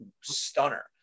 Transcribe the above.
stunner